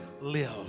live